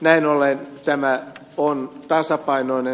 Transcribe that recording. näin ollen tämä on tasapainoinen